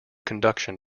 conduction